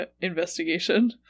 investigation